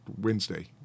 Wednesday